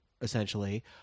essentially